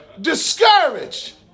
discouraged